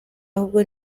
ahubwo